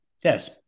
yes